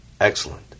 excellent